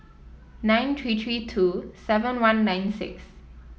nine three three two seven one nine six